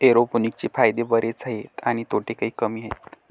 एरोपोनिक्सचे फायदे बरेच आहेत आणि तोटे काही कमी आहेत